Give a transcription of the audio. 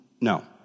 No